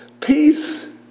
Peace